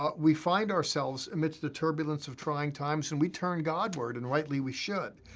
ah we find ourselves amidst the turbulence of trying times, and we turn god-ward, and rightly we should.